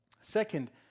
Second